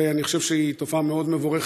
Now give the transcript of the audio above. ואני חושב שהיא תופעה מאוד מבורכת.